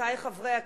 וחברותי חברי הכנסת,